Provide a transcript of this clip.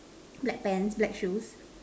black pants black shoes